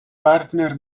partner